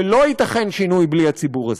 ולא ייתכן שינוי בלי הציבור הזה.